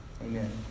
Amen